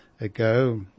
ago